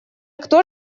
кто